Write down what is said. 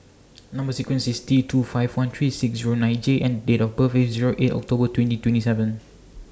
Number sequence IS T two five one three six Zero nine J and Date of birth IS Zero eight October twenty twenty seven